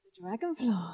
Dragonfly